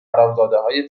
حرامزادههای